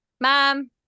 Mom